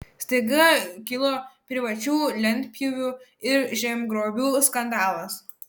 staiga kilo privačių lentpjūvių ir žemgrobių skandalas